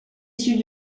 issues